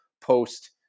post